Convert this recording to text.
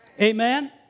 Amen